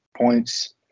points